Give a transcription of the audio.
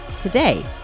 Today